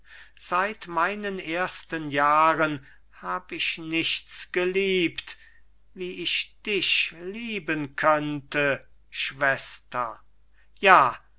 seit meinen ersten jahren hab ich nichts geliebt wie ich dich lieben könnte schwester ja